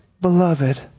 beloved